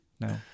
No